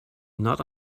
not